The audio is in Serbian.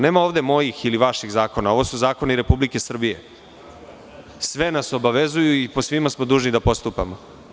Nema ovde mojih ili vaših zakona, ovo su zakoni Republike Srbije, koji nas sve obavezuju i po svima smo dužni da postupamo.